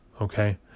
okay